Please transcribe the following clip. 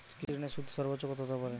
কৃষিঋণের সুদ সর্বোচ্চ কত হতে পারে?